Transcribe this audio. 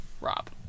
Rob